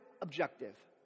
objective